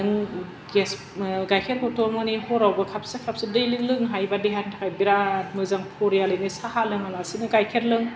नों गेस गाइखेरखौथ' मानि हरावबो खाबसे खाबसे दैलिक लोंनो हायोबा देहानि थाखाय बिराथ मोजां फरियालैनो साहा लोङालासिनो गाइखेर लों